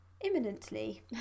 imminently